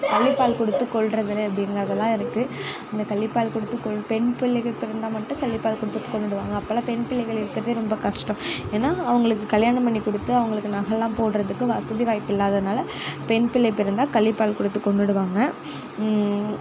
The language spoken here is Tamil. கள்ளிப்பால் கொடுத்து கொல்லுறது அப்படிங்கறதெல்லாம் இருக்குது அந்த கள்ளிப்பால் கொடுத்து கொ பெண் பிள்ளைகள் பிறந்தால் மட்டும் கள்ளிப்பால் கொடுத்து கொன்றுடுவாங்க அப்பலாம் பெண் பிள்ளைகள் இருக்கிறதே ரொம்ப கஷ்டம் ஏன்னா அவங்களுக்கு கல்யாணம் பண்ணி கொடுத்து அவங்களுக்கு நகைலாம் போடுறதுக்கு வசதி வாய்ப்பு இல்லாததனால பெண் பிள்ளை பிறந்தால் கள்ளிப்பால் கொடுத்து கொன்றுடுவாங்க